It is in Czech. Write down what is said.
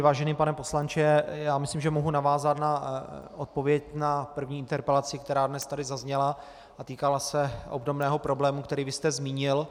Vážený pane poslanče, myslím, že mohu navázat na odpověď na první interpelaci, která tady dnes zazněla a týkala se obdobného problému, který jste zmínil.